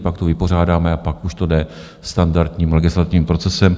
Pak to vypořádáme a pak už to jde standardním legislativním procesem.